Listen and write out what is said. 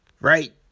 Right